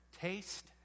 Taste